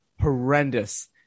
horrendous